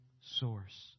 source